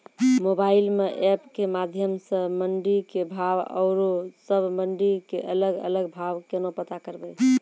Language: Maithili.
मोबाइल म एप के माध्यम सऽ मंडी के भाव औरो सब मंडी के अलग अलग भाव केना पता करबै?